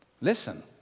Listen